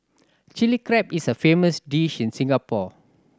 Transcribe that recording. Chilli Crab is a famous dish in Singapore